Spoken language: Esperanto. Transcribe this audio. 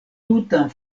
tutan